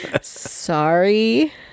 Sorry